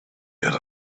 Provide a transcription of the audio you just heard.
yet